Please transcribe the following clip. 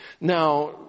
Now